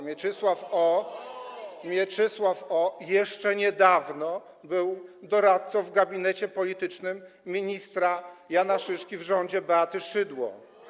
Mieczysław O. jeszcze niedawno był doradcą w gabinecie politycznym ministra Jana Szyszki w rządzie Beaty Szydło.